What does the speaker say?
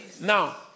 Now